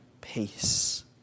peace